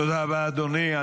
תודה רבה, אדוני.